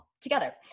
together